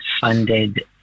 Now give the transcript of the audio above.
funded